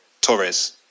Torres